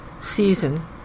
season